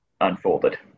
unfolded